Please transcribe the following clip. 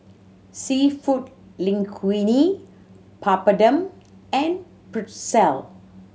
Seafood Linguine Papadum and Pretzel